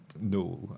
no